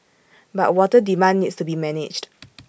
but water demand needs to be managed